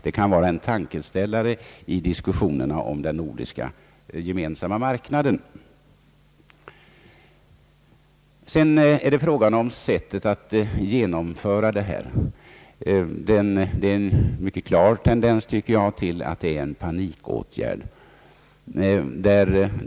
Det kan vara en tankeställare i diskussionerna om den nordiska gemensamma marknaden. Sedan är det fråga om sättet att genomföra detta. Jag finner det mycket klart att det rör sig om en panikåtgärd.